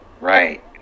Right